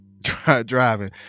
driving